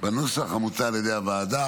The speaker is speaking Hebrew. בנוסח המוצע על ידי הוועדה.